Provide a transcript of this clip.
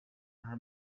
her